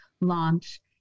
launch